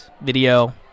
video